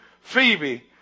Phoebe